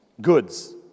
goods